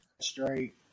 straight